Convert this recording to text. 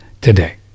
today